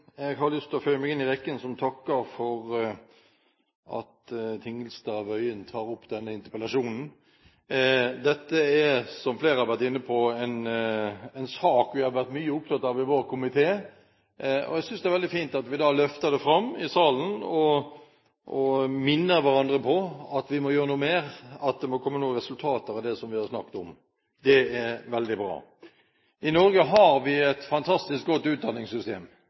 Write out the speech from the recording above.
flere har vært inne på, en sak vi har vært mye opptatt av i vår komité. Jeg synes det er veldig fint at vi løfter den fram i salen og minner hverandre på at vi må gjøre noe mer, at det må komme noen resultater ut av det vi har snakket om. Det er veldig bra. I Norge har vi et fantastisk godt utdanningssystem.